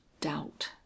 doubt